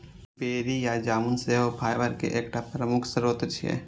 बेरी या जामुन सेहो फाइबर के एकटा प्रमुख स्रोत छियै